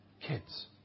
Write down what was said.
kids